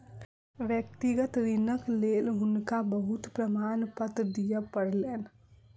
व्यक्तिगत ऋणक लेल हुनका बहुत प्रमाणपत्र दिअ पड़लैन